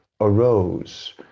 arose